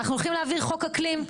אנחנו הולכים להעביר חוק אקלים.